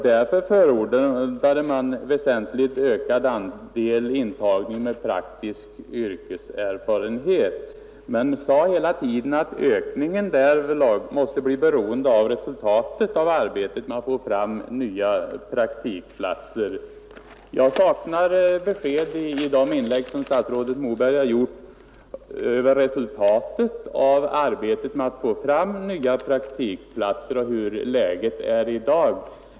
Därför förordade man väsentligt ökad intagning av sökande med praktisk yrkeserfarenhet, men sade att denna ökning måste bli beroende av resultatet av arbetet med att få fram nya praktikplatser. Jag saknar besked i de inlägg som statsrådet Moberg har gjort om resultatet av arbetet med att få fram nya praktikplatser och hur läget är i dag.